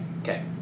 Okay